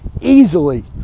easily